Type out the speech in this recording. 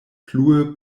plue